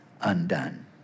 undone